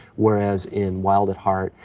whereas in wild at heart,